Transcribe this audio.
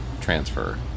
transfer